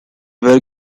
were